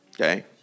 Okay